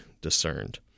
discerned